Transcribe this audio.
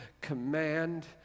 command